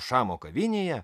šamo kavinėje